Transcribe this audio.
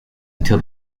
until